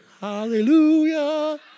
Hallelujah